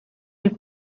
les